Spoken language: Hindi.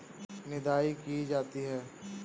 निदाई की जाती है?